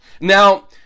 Now